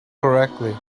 correctly